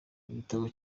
igitabo